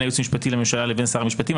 הייעוץ המשפטי לממשלה לבין שר המשפטים.